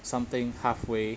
something halfway